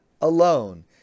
alone